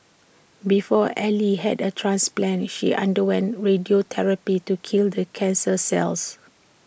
before ally had A transplant she underwent radiotherapy to kill the cancer cells